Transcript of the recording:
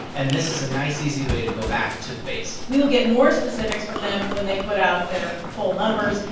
and this is a nice, easy way to go back to the base we will get more specifics from them when they put out their full numbers.